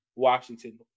Washington